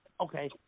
Okay